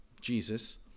Jesus